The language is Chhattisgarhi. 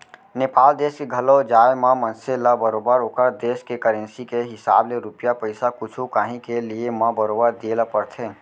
नेपाल देस के घलौ जाए म मनसे ल बरोबर ओकर देस के करेंसी के हिसाब ले रूपिया पइसा कुछु कॉंही के लिये म बरोबर दिये ल परथे